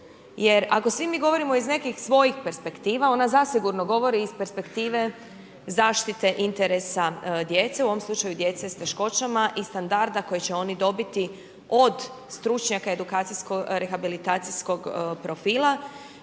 jer ako svi mi govorimo iz nekih svojih perspektiva, ona zasigurno govori iz perspektive zaštite interesa djece u ovom slučaju djece s teškoćama i standarda koji će oni dobiti od stručnjaka edukacijsko rehabilitacijskog profila